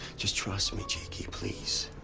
just trust me, cheeky. please.